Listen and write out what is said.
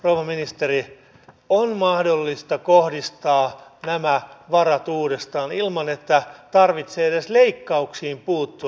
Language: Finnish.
rouva ministeri on mahdollista kohdistaa nämä varat uudestaan ilman että tarvitsee edes leikkauksiin puuttua